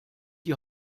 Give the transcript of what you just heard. die